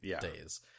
days